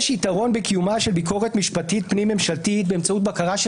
יש יתרון בקיומה של ביקורת משפטית פנים-ממשלתית באמצעות בקרה של